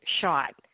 shot